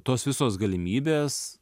tos visos galimybės